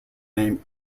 named